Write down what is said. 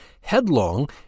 headlong